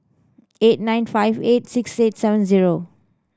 eight nine five eight six eight seven zero